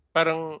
Parang